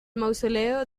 mausoleo